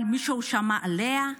אבל מישהו שמע עליה?